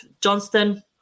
Johnston